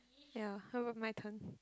ya how about Miken